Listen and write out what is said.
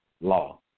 law